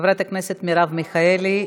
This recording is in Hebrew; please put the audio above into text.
חברת הכנסת מרב מיכאלי,